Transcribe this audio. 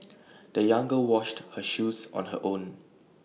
the young girl washed her shoes on her own